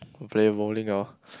go play bowling [liao]